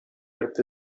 earth